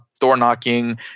door-knocking